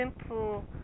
simple